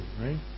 right